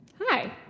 Hi